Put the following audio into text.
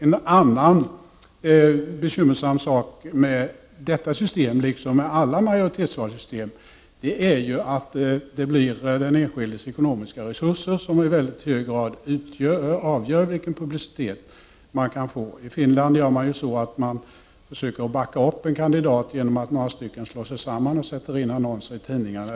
En annan bekymmersam sak med detta system, liksom med alla majoritetsvalsystem, är att det blir den enskildes ekonomiska resurser som i mycket hög grad avgör vilken publicitet han kan få. I Finland försöker man backa upp en kandidat genom att några slår sig samman och sätter in annonser i tidningarna.